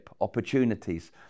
opportunities